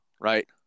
right